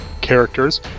characters